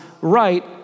right